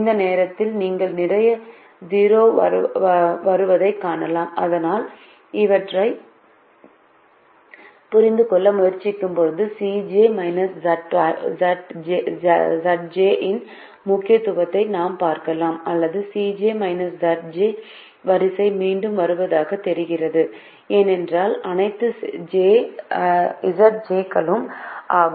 இந்த நேரத்தில் நீங்கள் நிறைய 0 வருவதைக் காணலாம் ஆனால் இவற்றை புரிந்து கொள்ள முயற்சிக்கும்போது Cj Zj இன் முக்கியத்துவத்தை நாம் பார்க்கலாம் அல்லது Cj Zj வரிசை மீண்டும் வருவதாக தெரிகிறது ஏனென்றால் அனைத்து Zj களும் 0 ஆகும்